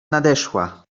nadeszła